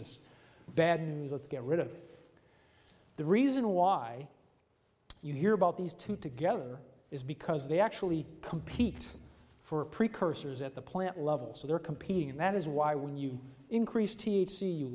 bad news let's get rid of the reason why you hear about these two together is because they actually compete for precursors at the plant levels so they're competing and that is why when you increase t h c you